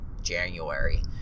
January